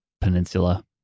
Peninsula